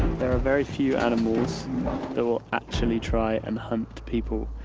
there are very few animals that will actually try and hunt people.